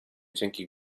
cienki